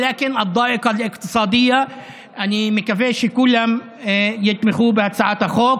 אבל גם המצוקה הכלכלית בכלל.) אני מקווה שכולם יתמכו בהצעת החוק.